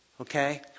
Okay